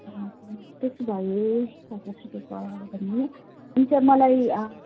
त्यसो भए पचास रुपियाँ पावा हो भने हुन्छ मलाई